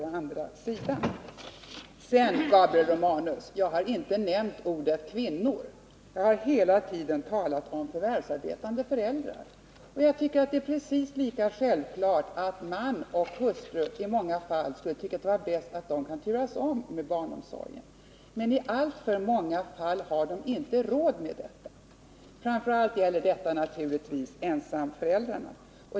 Jag har, Gabriel Romanus, inte nämnt ordet kvinnor. Jag har hela tiden talat om förvärvsarbetande föräldrar. Jag tycker att det är självklart att man och hustru i många fall skulle tycka det vara bäst om de kan turas om med barnomsorgen. Men i alltför många fall har de inte råd med detta. Framför allt gäller det naturligtvis ensamföräldrarna.